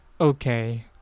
Okay